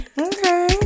Okay